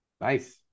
Nice